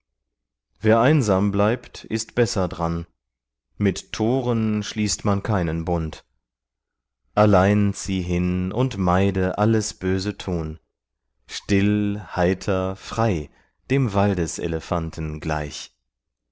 wer einsam bleibt ist besser dran mit toren schließt man keinen bund allein zieh hin und meide alles böse tun still heiter frei dem waldeselefanten gleich